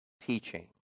teaching